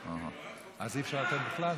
אז אי-אפשר לתת בכלל?